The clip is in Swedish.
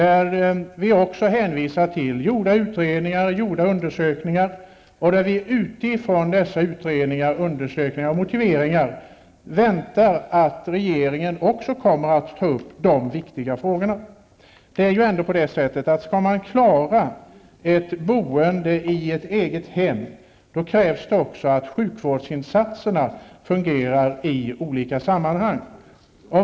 Även i den frågan hänvisar utskottet till gjorda utredningar och undersökningar, och utifrån dessa utredningar och undersökningar förväntar vi oss att regeringen kommer att ta upp också dessa viktiga frågor. Skall man klara av ett boende i ett eget hem krävs det ju också att sjukvårdsinsatserna fungerar i olika sammanhang.